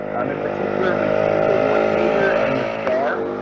i'm in particular, we use the one pager and the star.